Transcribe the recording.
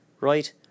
Right